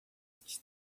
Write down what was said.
este